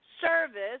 Service